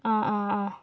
ആ ആ ആ